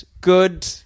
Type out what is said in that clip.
good